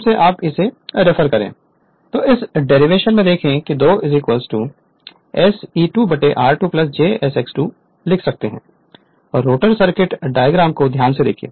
Refer Slide Time 3316 Refer Slide Time 3318 तो इस derivation को देखें 2 SE2 r2 j SX 2 लिख सकते हैं रोटर सर्किट डायग्राम को ध्यान से देखिए